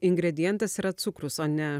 ingredientas yra cukrus o ne